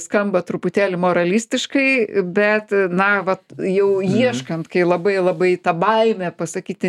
skamba truputėlį moralistiškai bet na vat jau ieškant kai labai labai ta baimė pasakyti